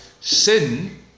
sin